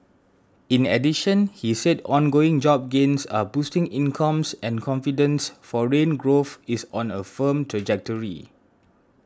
in addition he said ongoing job gains are boosting incomes and confidence foreign growth is on a firm trajectory